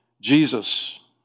Jesus